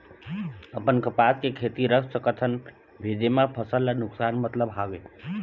अपन कपास के खेती रख सकत हन भेजे मा फसल ला नुकसान मतलब हावे?